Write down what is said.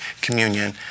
communion